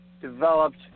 developed